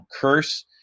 curse